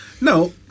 No